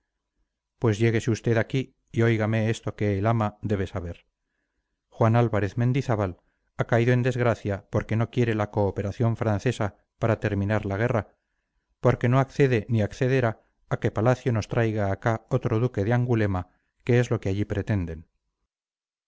pues lléguese usted aquí y óigame esto que el ama debe saber juan álvarez mendizábal ha caído en desgracia porque no quiere la cooperación francesa para terminar la guerra porque no accede ni accederá a que palacio nos traiga acá otro duque de angulema que es lo que allí pretenden